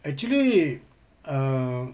actually err